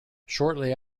shortly